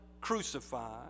crucified